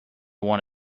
want